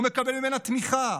הוא מקבל ממנה תמיכה,